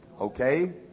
okay